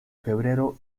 febrero